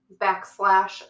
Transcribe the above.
backslash